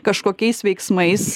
kažkokiais veiksmais